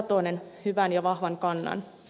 satonen hyvän ja vahvan kannan